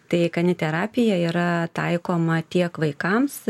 tai kaniterapija yra taikoma tiek vaikams